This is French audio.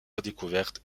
redécouverte